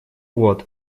вот